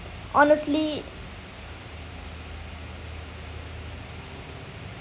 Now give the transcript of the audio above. honestly